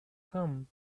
come